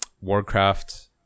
Warcraft